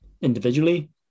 individually